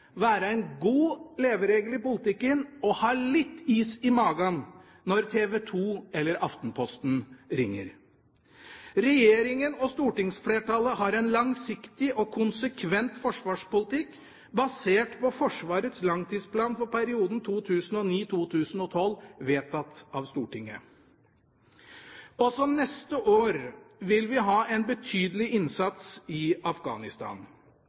være en god leveregel i politikken å ha litt is i magen når TV 2 eller Aftenposten ringer. Regjeringa og stortingsflertallet har en langsiktig og konsekvent forsvarspolitikk, basert på Forsvarets langtidsplan for perioden 2009–2012 vedtatt av Stortinget. Også neste år vil vi ha en betydelig innsats i Afghanistan.